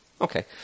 Okay